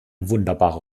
wunderbare